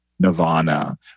Nirvana